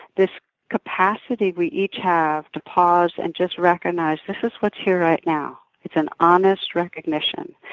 this capacity we each have to pause and just recognize, this is what's here right now. it's an honest recognition.